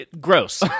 gross